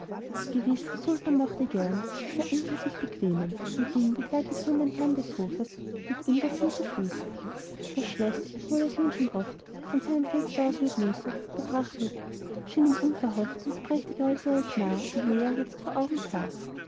der sultan mochte gern zu dieser einkehr sich bequemen und ging begleitet von den herrn des hofs mit ihm dorthin zu fuße das schloß obwohl er's nun schon oft von seinem fenster aus mit muße betrachtet schien ihm unverhofft noch prächtiger als er es nah und näher jetzt vor augen sah